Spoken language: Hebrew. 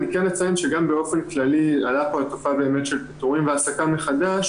אני כן אציין שגם באופן כללי עלתה התופעה של הפיטורים והעסקה מחדש.